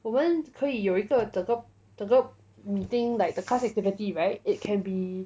我们可以有一个整个整个 meeting like the class activity [right] it can be